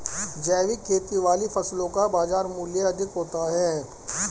जैविक खेती वाली फसलों का बाजार मूल्य अधिक होता है